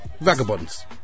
vagabonds